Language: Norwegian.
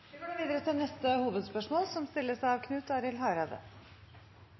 Vi går videre til neste hovedspørsmål. Eg skal følgje opp det som